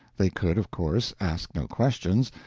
they could, of course, ask no questions,